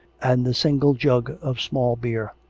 and the single jug of small beer.